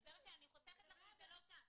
אני אסביר לך למה.